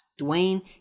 Dwayne